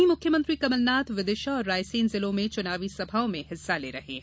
वहीं मुख्यमंत्री कमलनाथ विदिशा और रायसेन जिलों में चुनावी सभाओं में हिस्सा ले रहे हैं